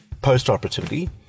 post-operatively